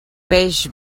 peix